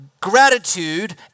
gratitude